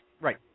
Right